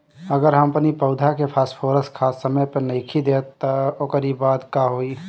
अगर हम अपनी पौधा के फास्फोरस खाद समय पे नइखी देत तअ ओकरी बाद का होई